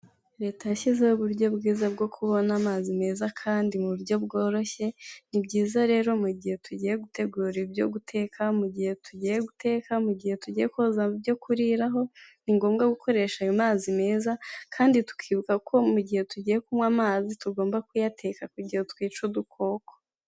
Leta yashyizeho uburyo bwiza bwo kubona amazi meza kandi mu buryo bworoshye, ni byiza rero gihe tugiye gutegura ibyo guteka, mu gihe tugiye guteka, mu gihe tugiye koza ibyo kuriraho, ni ngombwa gukoresha ayo mazi meza kandi tukibuka ko mu gihe tugiye kunywa amazi tugomba kuyateka kugira twice udukoko.